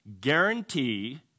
guarantee